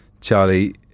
Charlie